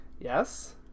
Yes